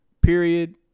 period